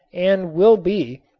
and will be,